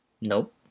nope